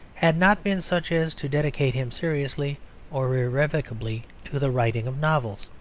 had not been such as to dedicate him seriously or irrevocably to the writing of novels.